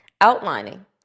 Outlining